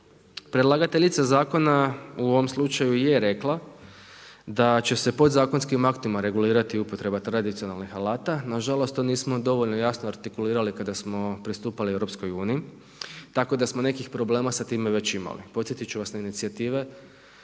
Predlagateljica zakona u ovom slučaju je rekla, da će se podzakonskim aktima regulirati upotreba tradicionalnih alata, nažalost, to nismo dovoljno jasno artikulirali kada smo pristupali EU, tako da smo nekih problema sa time već imali. Podsjetit ću vas na inicijative